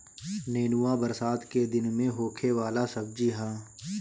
नेनुआ बरसात के दिन में होखे वाला सब्जी हअ